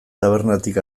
tabernatik